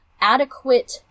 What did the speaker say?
adequate